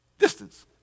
distance